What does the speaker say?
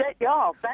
y'all